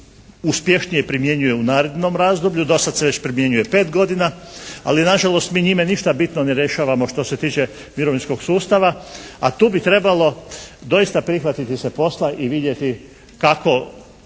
uspješnije primjenjuje u narednom razdoblju, do sada se već primjenjuje pet godina, ali na žalost mi njime ništa bitno ne rješavamo što se tiče mirovinskog sustava, a tu bi trebalo doista prihvatiti se posla i vidjeti kako,